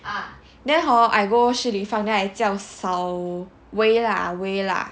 then hor I go Shi Li Fang then I 叫少微微辣